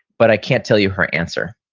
but i can't tell you her answer.